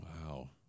Wow